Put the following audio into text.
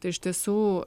tai iš tiesų